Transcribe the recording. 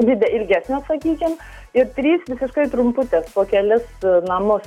dide ilgesnės sakykim ir trys visiškai trumputės po kelis namus